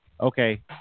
Okay